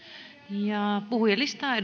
ja puhujalistaan